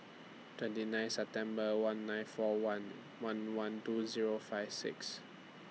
twenty nine September one nine four one one one two Zero five six